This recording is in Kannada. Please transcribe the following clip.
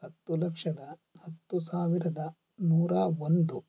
ಹತ್ತು ಲಕ್ಷದ ಹತ್ತು ಸಾವಿರದ ನೂರ ಒಂದು